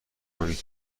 کنید